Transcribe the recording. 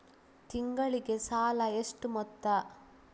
ತಿಂಗಳಿಗೆ ಸಾಲ ಎಷ್ಟು ಮೊತ್ತ?